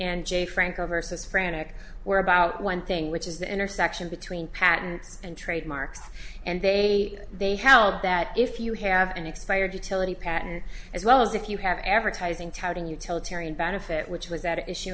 and j franco vs franek where about one thing which is the intersection between patents and trademarks and they they held that if you have an expired utility patent as well as if you have advertising touting utilitarian benefit which was that issue